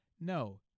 no